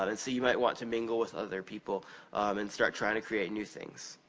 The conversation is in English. um and so, you might want to mingle with other people and start trying to create new things.